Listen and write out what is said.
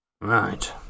Right